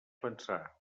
pensar